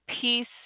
Peace